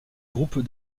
groupes